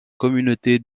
communauté